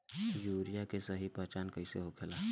Urea के सही पहचान कईसे होखेला?